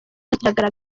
kiragaragara